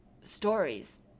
stories